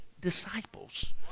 disciples